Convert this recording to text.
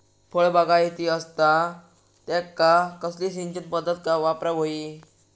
फळबागायती असता त्यांका कसली सिंचन पदधत वापराक होई?